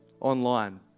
online